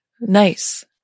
nice